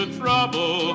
trouble